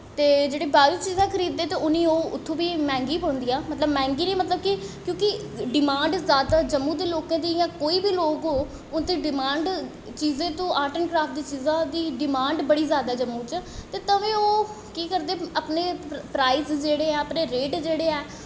ते जेह्ड़े बाह्रों चीजां खरीददे ते ओह् उत्थै ते मैंह्गियां पौंदियां मैंह्गी निं मतलव क्योंकि डिमांड़ जैदा जम्मू दे लोकें दी जां कोई बी लोक ओ ओह् ते डमांड़ चीजें दी आर्ट ऐंड़ क्राफ्ट दी डिमांड़ बड़ी जैदा ऐ जम्मू च ते केह् करदे अपने प्राइस जेह्ड़े न अपने रेट जेह्ड़े न